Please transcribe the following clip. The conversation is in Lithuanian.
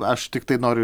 aš tiktai noriu